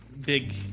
big